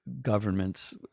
governments